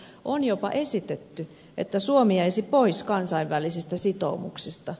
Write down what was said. on jopa esitetty että suomi jäisi pois kansainvälisistä sitoumuksista